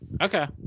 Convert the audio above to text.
Okay